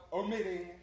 omitting